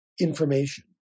information